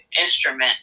instrument